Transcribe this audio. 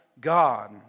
God